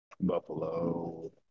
Buffalo